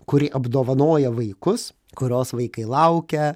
kuri apdovanoja vaikus kurios vaikai laukia